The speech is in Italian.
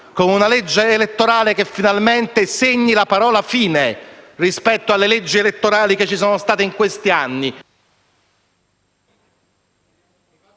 con una legge elettorale che finalmente segni la parola fine rispetto alle leggi che ci sono state negli